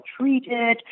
treated